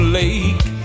lake